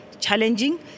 challenging